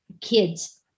kids